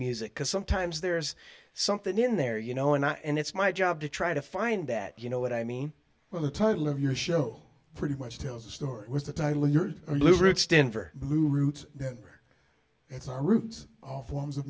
music because sometimes there's something in there you know and i and it's my job to try to find that you know what i mean well the title of your show pretty much tells a story was the title of your liver it stand for roots or it's all roots all forms of